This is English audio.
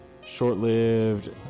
short-lived